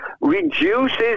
reduces